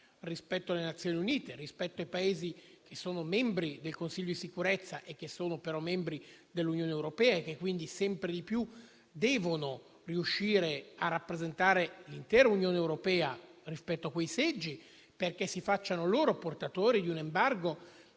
rispetto alle Nazioni Unite, rispetto ai Paesi membri del Consiglio di sicurezza e però membri anche dell'Unione europea; quindi, sempre di più devono riuscire a rappresentare l'intera Unione europea rispetto a quei seggi e farsi portatori di un embargo